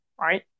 right